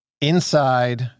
Inside